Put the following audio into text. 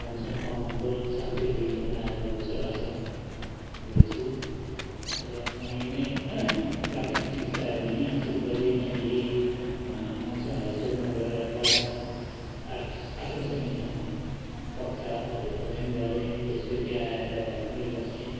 मन्सोङ कमानको साङ्छे डिभिजनमा आएर बसोबासो गरेछु र म यहीँ नै प्राथमिक शिक्षाहरू यहीँ हासिल गरेँ त्यहाँदेखि मन्सोङ हई स्कुलमा गएर क्लास आठ आठौँ श्रेणीसम्म कक्षा अध् अध्ययन गरेँ त्यसपछि आएर घरमै बसे